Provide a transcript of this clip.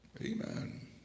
Amen